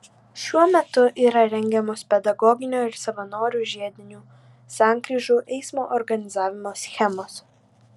šiuo metu yra rengiamos pedagoginio ir savanorių žiedinių sankryžų eismo organizavimo schemos